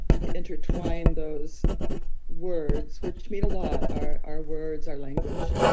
we intertwine those words, which mean a lot, our our words, our language,